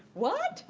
what?